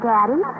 Daddy